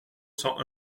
cent